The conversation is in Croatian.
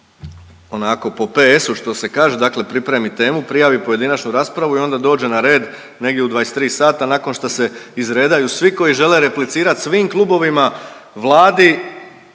onako po ps-u što se kaže dakle pripremi temu, prijavi pojedinačnu raspravu i onda dođe na red negdje u 23.00 sata nakon što se izredaju svi koji žele replicirat svim klubovima, Vladi